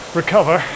recover